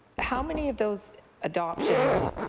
how many of those adoptions